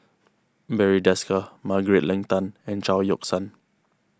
Barry Desker Margaret Leng Tan and Chao Yoke San